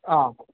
ആഹ്